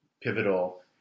pivotal